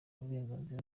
uburenganzira